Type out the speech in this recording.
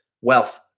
wealth